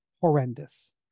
horrendous